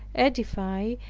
edify,